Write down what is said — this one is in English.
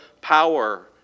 power